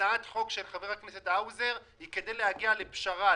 הצעת החוק של חבר הכנסת האוזר היא כדי להגיע לפשרה,